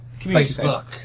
Facebook